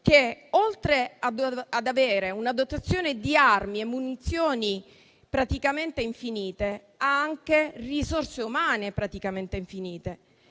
che, oltre ad avere una dotazione di armi e munizioni praticamente infinite, ha anche risorse umane praticamente infinite.